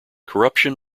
corruption